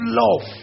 love